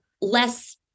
less